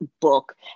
book